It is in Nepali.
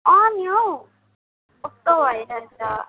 अँ नि हो पक्का भइजान्छ